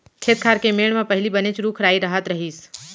खेत खार के मेढ़ म पहिली बनेच रूख राई रहत रहिस